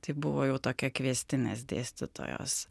tai buvo jau tokia kviestinės dėstytojos